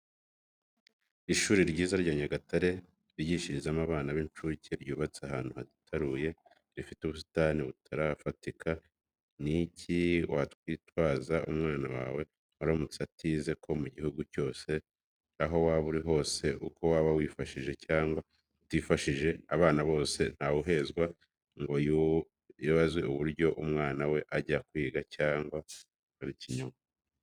Ishuri ryiza rya Nyagatare bigishirizamo abana b'incuke, ryubatse ahantu hitaruye rifite ubusitani butarafatika. Ni iki wakwitwaza umwana wawe aramutse atize ko mu gihugu cyose? Aho waba uri hose uko waba wifashije cyangwa utifashije abana bose ntawuhezwa ngo yabuze uburyo umwana we ajya kwiga, cyaba ari ikinyoma.